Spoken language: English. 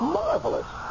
marvelous